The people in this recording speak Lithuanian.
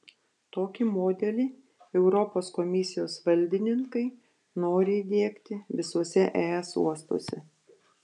tokį modelį europos komisijos valdininkai nori įdiegti visuose es uostuose